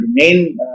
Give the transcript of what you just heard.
remain